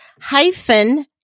hyphen